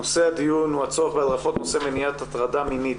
נושא הדיון הוא הצורך בהדרכות בנושא מניעת הטרדה מינית